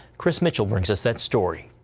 chris mitchell brings us that story.